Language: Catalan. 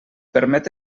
permet